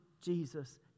Jesus